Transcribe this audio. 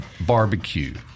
barbecue